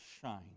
shine